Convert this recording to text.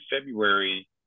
February